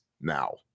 now